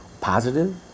positive